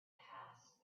passed